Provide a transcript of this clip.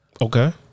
Okay